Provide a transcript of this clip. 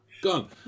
gone